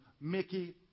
Mickey